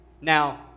Now